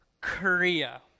Korea